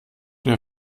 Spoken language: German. mir